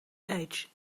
age